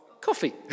coffee